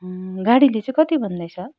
गाडीले चाहिँ कति भन्दैछ